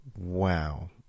wow